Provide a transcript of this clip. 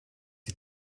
die